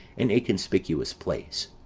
in a conspicuous place